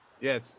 Yes